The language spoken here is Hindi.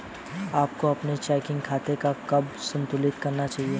आपको अपने चेकिंग खाते को कब संतुलित करना चाहिए?